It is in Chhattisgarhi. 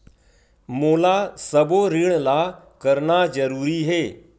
मोला सबो ऋण ला करना जरूरी हे?